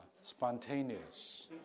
spontaneous